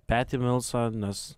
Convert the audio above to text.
petį milsą nes